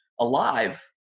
alive